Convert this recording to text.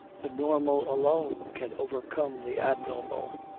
the normal alone can overcome the abnormal.